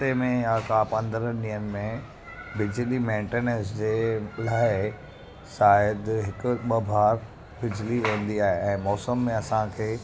हफ़्ते में या का पंद्रनि ॾींहनि में बिजली मैंटेनैंस जे लाइ शायदि हिकु ॿ बार बिजली वेंदी आहे ऐं मौसम में असांखे